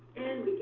and